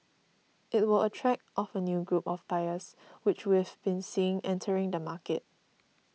it will attract of a new group of buyers which we've been seeing entering the market